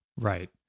Right